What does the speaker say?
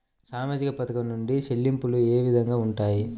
సామాజిక పథకం నుండి చెల్లింపులు ఏ విధంగా ఉంటాయి?